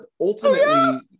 ultimately